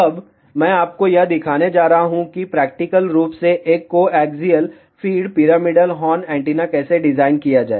अब मैं आपको यह दिखाने जा रहा हूँ कि प्रैक्टिकल रूप से एक coaxial feed pyramidal horn antenna कैसे डिजाइन किया जाए